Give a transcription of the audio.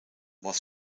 was